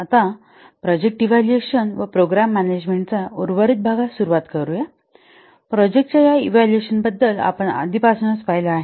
आता project evaluation व programme मॅनेजमेंटचा उर्वरित भागास सुरवात करू प्रोजेक्टच्या या इव्हॅल्युशनबद्दल आपण आधीपासूनच पाहिले आहे